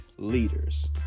leaders